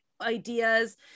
ideas